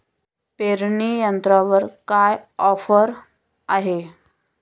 पेरणी यंत्रावर काय ऑफर आहे?